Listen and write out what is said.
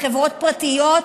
בחברות פרטיות,